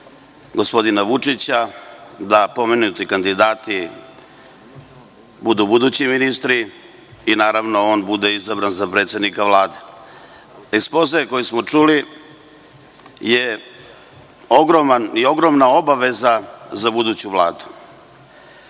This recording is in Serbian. gospodina Vučića da pomenuti kandidati budu budući ministri i on bude izabran za predsednika Vlade. Ekspoze koji smo čuli je ogromna obaveza za buduću Vladu.